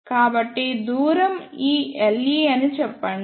కాబట్టి దూరం ఈ Le అని చెప్పండి